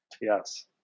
Yes